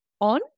on